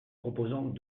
proposons